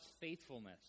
faithfulness